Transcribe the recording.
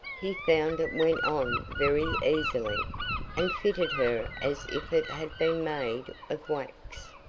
he found it went on very easily, and fitted her as if it had been made of wax.